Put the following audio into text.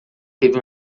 teve